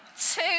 two